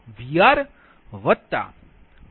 5 છે